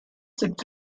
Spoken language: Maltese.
sibt